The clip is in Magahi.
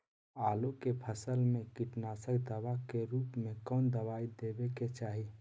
आलू के फसल में कीटनाशक दवा के रूप में कौन दवाई देवे के चाहि?